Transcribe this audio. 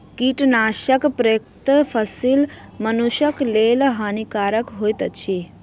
कीटनाशक प्रयुक्त फसील मनुषक लेल हानिकारक होइत अछि